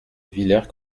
villers